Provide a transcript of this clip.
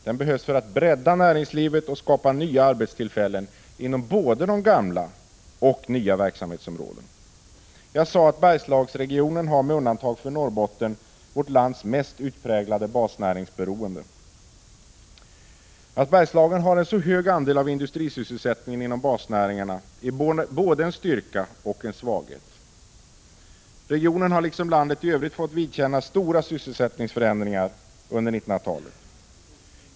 Den behövs för att bredda näringslivet och skapa nya arbetstillfällen inom både gamla och nya verksamhetsområden. Jag sade att Bergslagsregionen har, med undantag för Norrbotten, vårt lands mest utpräglade basnäringsberoende. Att en så stor andel av Bergslagens industrisysselsättning finns inom basnäringarna är både en styrka och en svaghet. Regionen har, liksom landet i Övrigt, fått vidkännas stora sysselsättningsförändringar under 1900-talet.